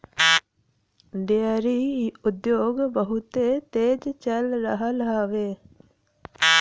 dairy उद्योग बहुत तेज चल रहल हउवे